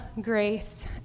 grace